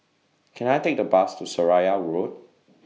Can I Take The Bus to Seraya Road